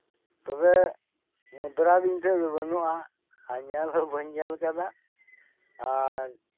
ᱛᱚᱵᱮ ᱢᱩᱫᱽᱨᱟ ᱫᱚ ᱤᱧᱴᱷᱮᱱ ᱫᱚ ᱵᱟᱹᱱᱩᱜ ᱟ ᱟᱨ ᱧᱮᱞᱦᱚ ᱵᱟᱹᱧ ᱧᱮᱞ ᱟᱠᱟᱫᱟ ᱟᱨ